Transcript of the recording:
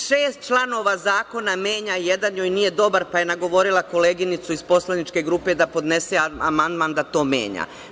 Šest članova zakona menja, jedan joj nije dobar pa je nagovorila koleginicu iz poslaničke grupe da podnese amandman da to menja.